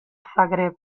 zagreb